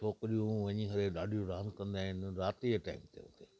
छोकिरियूं वञी करे ॾाढियूं रांदियूं कंदा आहिनि राति जे टाईम ते उते